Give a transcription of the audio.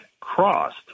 crossed